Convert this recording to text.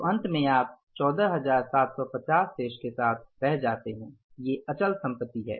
तो अंत में आप 14750 के शेष को पाते हैं वे अचल संपत्ति हैं